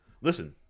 Listen